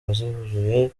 zuzuye